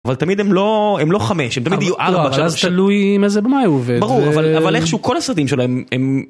אבל תמיד הם לא, הם לא חמש, הם תמיד יהיו ארבע... אבל אז תלוי עם איזה במאי הוא עובד... ברור, אבל איכשהו כל הסרטים שלהם הם...